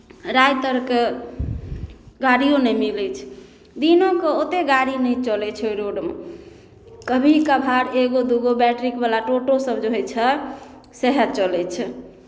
राति अरके गाड़ियो नहि मिलै छै दिनोके ओतेक गाड़ी नहि चलै छै ओहि रोडमे कभी कभार एगो दू गो बैट्रीकवला टोटोसभ जे होइ छै सएह चलै छै